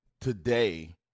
today